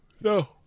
No